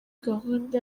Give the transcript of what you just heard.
gahunda